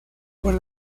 con